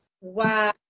Wow